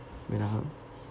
wait ah